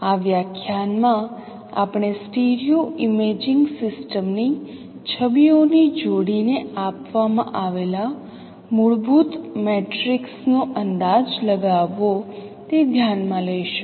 આ વ્યાખ્યાન માં આપણે સ્ટીરિયો ઇમેજિંગ સિસ્ટમ ની છબીઓની જોડીને આપવામાં આવેલા મૂળભૂત મેટ્રિક્સનો કેવી રીતે અંદાજ લગાવવો તે ધ્યાન માં લઈશું